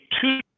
two